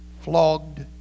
flogged